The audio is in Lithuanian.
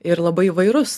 ir labai įvairus